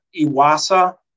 Iwasa